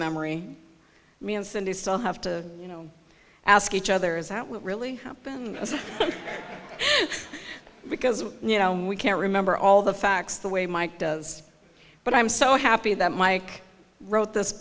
memory me and cindy so i have to you know ask each other is what really happened because you know we can't remember all the facts the way mike does but i'm so happy that mike wrote this